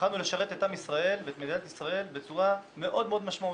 יכולנו לשרת את עם ישראל ומדינת ישראל בצורה מאוד משמעותית.